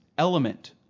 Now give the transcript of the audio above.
Element